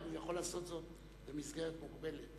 אבל הוא יכול לעשות זאת במסגרת מוגבלת.